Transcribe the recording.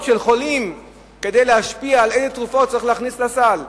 של חולים כדי להשפיע בשאלה איזה תרופות צריך להכניס לסל.